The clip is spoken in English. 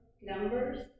numbers